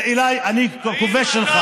אני הכובש שלך.